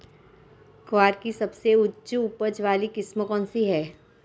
ग्वार की सबसे उच्च उपज वाली किस्म कौनसी है?